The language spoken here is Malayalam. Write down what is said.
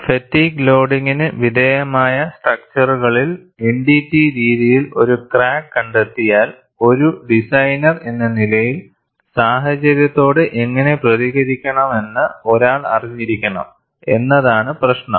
ഫാറ്റിഗ് ലോഡിംഗിന് വിധേയമായ സ്ട്രാക്ച്ചറുകളിൽ NDT രീതിയിൽ ഒരു ക്രാക്ക് കണ്ടെത്തിയാൽ ഒരു ഡിസൈനർ എന്ന നിലയിൽ സാഹചര്യത്തോട് എങ്ങനെ പ്രതികരിക്കണമെന്ന് ഒരാൾ അറിഞ്ഞിരിക്കണം എന്നതാണ് പ്രശ്നം